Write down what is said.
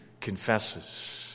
confesses